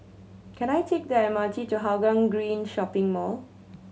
can I take the M R T to Hougang Green Shopping Mall